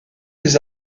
les